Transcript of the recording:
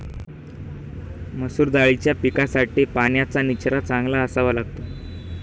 मसूर दाळीच्या पिकासाठी पाण्याचा निचरा चांगला असावा लागतो